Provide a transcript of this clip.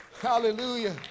hallelujah